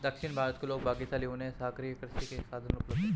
दक्षिण भारत के लोग कितने भाग्यशाली हैं, उन्हें सागरीय कृषि के साधन उपलब्ध हैं